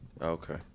Okay